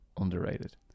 underrated